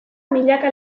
milaka